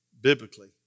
biblically